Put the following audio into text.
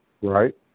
right